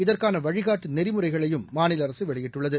இதற்கான வழிகாட்டு நெறிமுறைகளையும் மாநில அரசு வெளியிட்டுள்ளது